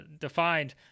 defined